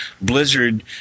blizzard